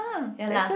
ya lah